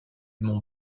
mont